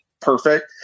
perfect